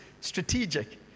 strategic